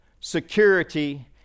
security